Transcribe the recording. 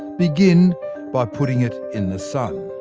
begin by putting it in the sun.